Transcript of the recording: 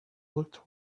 looked